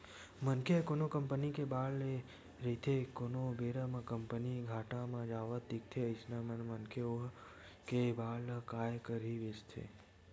मनखे ह कोनो कंपनी के बांड ले रहिथे कोनो बेरा म कंपनी ह घाटा म जावत दिखथे अइसन म मनखे ओ कंपनी के बांड ल काय करही बेंचथे